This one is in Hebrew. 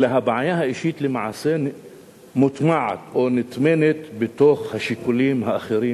אלא הבעיה האישית למעשה מוטמעת או נטמנת בתוך השיקולים האחרים,